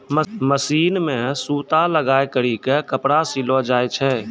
machine मे सूता लगाय करी के कपड़ा सिलो जाय छै